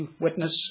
witness